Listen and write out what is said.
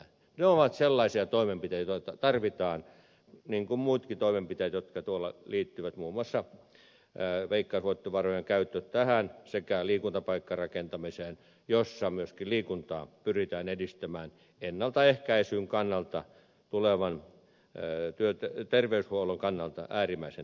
ne ovat sellaisia toimenpiteitä joita tarvitaan niin kuin muitakin toimenpiteitä jotka liittyvät muun muassa veikkausvoittovarojen käyttöön tähän sekä liikuntapaikkarakentamiseen jossa myöskin liikuntaa pyritään edistämään ennaltaehkäisyn kannalta tulevan terveydenhuollon kannalta äärimmäisen tärkeää